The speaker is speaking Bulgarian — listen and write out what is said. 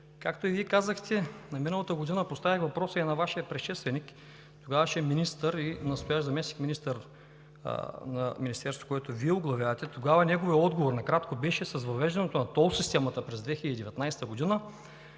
Както и Вие казахте, миналата година поставих въпроса и на Вашия предшественик, тогавашен министър и настоящ заместник-министър на Министерството, което Вие оглавявате. Тогава неговият отговор накратко беше: с въвеждането на тол системата през 2019 г.